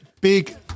big